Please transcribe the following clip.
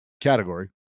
category